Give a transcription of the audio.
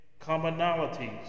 commonalities